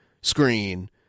screen